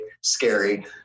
scary